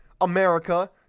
America